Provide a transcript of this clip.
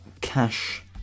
cash